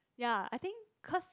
ya I think because